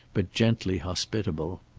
but gently hospitable.